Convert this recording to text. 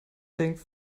things